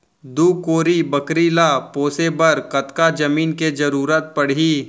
दू कोरी बकरी ला पोसे बर कतका जमीन के जरूरत पढही?